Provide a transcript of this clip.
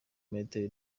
metero